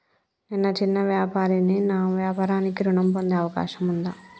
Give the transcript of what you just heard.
నేను చిన్న వ్యాపారిని నా వ్యాపారానికి ఋణం పొందే అవకాశం ఉందా?